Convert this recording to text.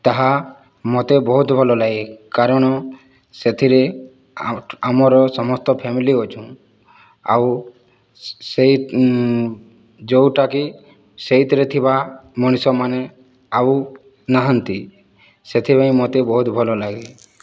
ତାହା ମୋତେ ବହୁତ ଭଲଲାଗେ କାରଣ ସେଥିରେ ଆମର ସମସ୍ତ ଫ୍ୟାମିଲି ଅଛୁ ଆଉ ସେହି ଯେଉଁଟାକି ସେଥିରେ ଥିବା ମଣିଷମାନେ ଆଉ ନାହାନ୍ତି ସେଥିପାଇଁ ମୋତେ ବହୁତ ଭଲଲାଗେ